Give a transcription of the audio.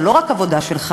זה לא רק עבודה שלך,